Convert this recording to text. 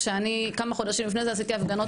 כשאני כמה חודשים לפני זה עשיתי הפגנות